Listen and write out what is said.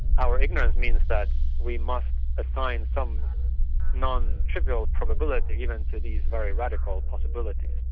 our ignorance means that we must assign some non-trivial probability even to these very radical possibilities.